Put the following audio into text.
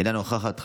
אינה נוכחת,